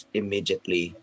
immediately